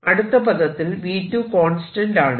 അടുത്ത പദത്തിൽ V 2 constant ആണ്